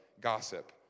gossip